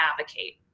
advocate